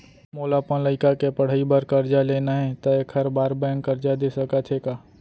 मोला अपन लइका के पढ़ई बर करजा लेना हे, त एखर बार बैंक करजा दे सकत हे का?